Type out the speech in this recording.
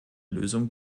lösung